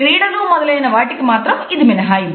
క్రీడలు మొదలైనవాటికి మాత్రం ఇది మినహాయింపు